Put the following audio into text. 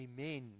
Amen